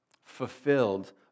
fulfilled